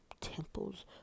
temples